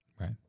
Right